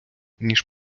ніж